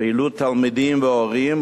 פעילות תלמידים והורים,